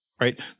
right